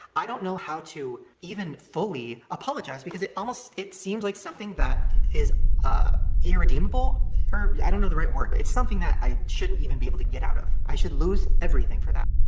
i don't know how to even fully apologize because it almost it seems like something that is irredeemable or i don't know the right word, it's something that i shouldn't even be able to get out of. i should lose everything for that.